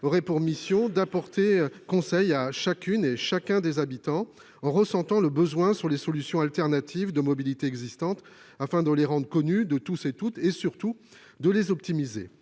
aurait pour mission d'apporter conseil à chacune et chacun des habitants en ressentant le besoin sur les solutions alternatives de mobilité existante afin de les connu de tous et toutes et surtout de les optimiser